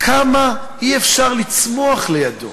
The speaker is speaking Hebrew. כמה אי-אפשר לצמוח לידו.